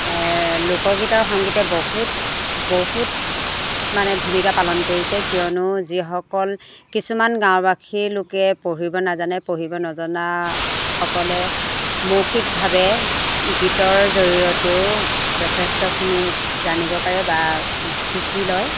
লোকগীত আৰু সংগীতে বহুত বহুত মানে ভূমিকা পালন কৰিছে কিয়নো যিসকল কিছুমান গাঁওবাসীৰ লোকে পঢ়িব নাজানে পঢ়িব নজাসকলে মৌখিকভাৱে গীতৰ জৰিয়তেও যথেষ্টখিনি জানিব পাৰে বা শিকি লয়